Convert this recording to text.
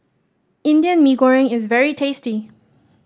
Indian Mee Goreng is very tasty